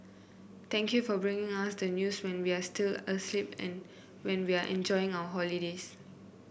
thank you for bringing us the news when we are still asleep and when we are enjoying our holidays